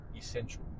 essential